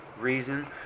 reason